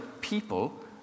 people